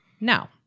now